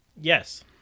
Yes